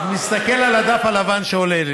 תכבד אותי,